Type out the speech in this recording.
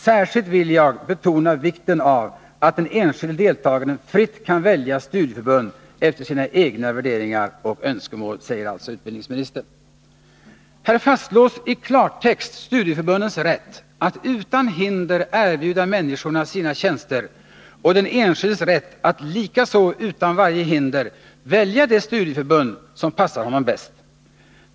Särskilt vill jag betona vikten av att den enskilde deltagaren fritt kan välja studieförbund efter sina egna värderingar och önskemål.” Här fastslås i klartext studieförbundens rätt att utan hinder erbjuda människorna sina tjänster och den enskildes rätt att, likaså utan varje hinder, välja det studieförbund som passar honom bäst.